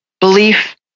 belief